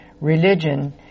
Religion